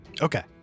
Okay